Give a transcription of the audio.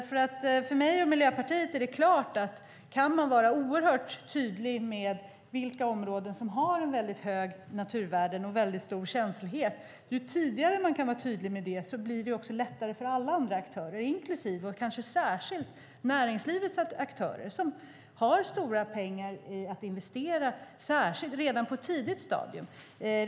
För mig och Miljöpartiet står det klart att ju tidigare man kan vara tydlig med vilka områden som har högt naturvärde och stor känslighet, desto lättare blir det för alla andra aktörer och kanske särskilt för näringslivets aktörer, som har stora pengar att investera redan på ett tidigt stadium.